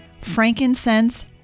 frankincense